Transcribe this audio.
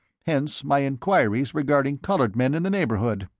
hence my enquiries regarding coloured men in the neighbourhood.